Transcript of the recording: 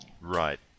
right